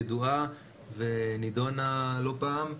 ידועה ונידונה לא פעם.